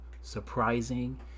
surprising